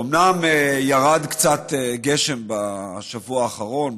אומנם ירד קצת גשם בשבוע האחרון,